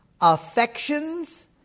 affections